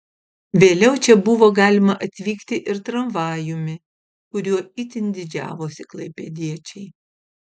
vėliau čia buvo galima atvykti ir tramvajumi kuriuo itin didžiavosi klaipėdiečiai